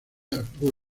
apoyo